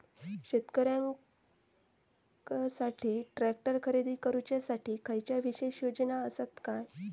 शेतकऱ्यांकसाठी ट्रॅक्टर खरेदी करुच्या साठी खयच्या विशेष योजना असात काय?